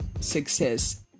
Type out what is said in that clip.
success